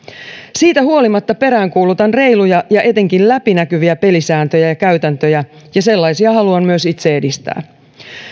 siitä huolimatta peräänkuulutan reiluja ja etenkin läpinäkyviä pelisääntöjä ja käytäntöjä ja sellaisia haluan myös itse edistää